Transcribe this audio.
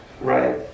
Right